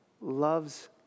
loves